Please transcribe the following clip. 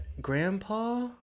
Grandpa